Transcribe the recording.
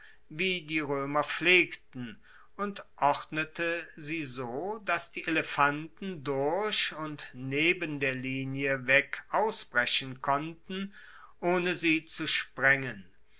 wie die roemer pflegten und ordnete sie so dass die elefanten durch und neben der linie weg ausbrechen konnten ohne sie zu sprengen